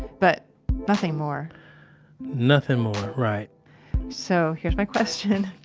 but nothing more nothing more. right so here's my question.